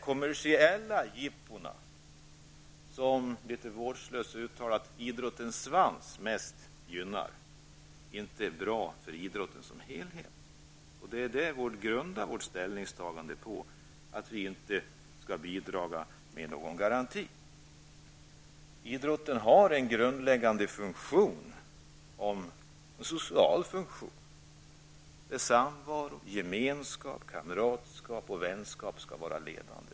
Kommersiella jippon gynnar mest de som litet vårdslöst kallas för idrottens svans, men de är inte bra för idrotten som helhet. Detta är grunden till vårt ställningstagande att staten inte skall bidra med någon garanti. Idrotten har en grundläggande social funktion, där samvaro, gemenskap, kamratskap och vänskap skall vara ledande.